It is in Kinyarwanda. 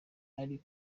ari